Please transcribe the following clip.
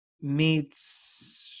meets